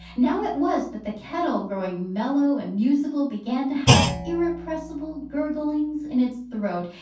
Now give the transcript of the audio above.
now it was that the kettle, growing mellow and musical, began to have irrepressible gurglings in its throat,